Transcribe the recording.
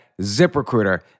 ZipRecruiter